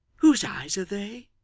whose eyes are they?